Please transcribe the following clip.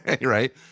right